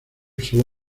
sólo